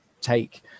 take